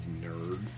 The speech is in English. nerd